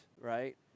right